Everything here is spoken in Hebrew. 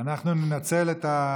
הוא מחפש איך לשכנע את הציבור,